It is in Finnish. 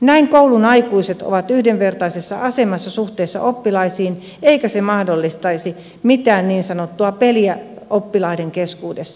näin koulun aikuiset ovat yhdenvertaisessa asemassa suhteessa oppilaisiin eikä se mahdollistaisi mitään niin sanottua peliä oppilaiden keskuudessa